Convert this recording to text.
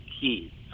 key